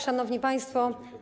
Szanowni Państwo!